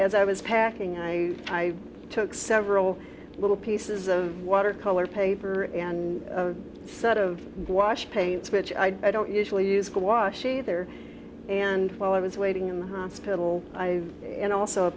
as i was packing i took several little pieces of watercolor paper and a set of washed paints which i don't usually used to wash either and while i was waiting in the hospital i and also a